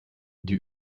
die